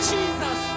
Jesus